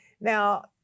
Now